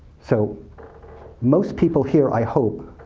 so most people here, i hope,